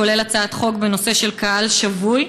כולל הצעת חוק בנושא קהל שבוי.